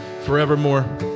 forevermore